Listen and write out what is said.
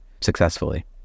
successfully